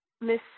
Miss